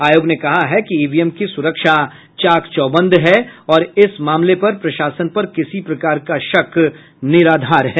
आयोग ने कहा कि ईवीएम की सुरक्षा चाक चौबंद है और इस मामले पर प्रशासन पर किसी प्रकार का शक निराधार है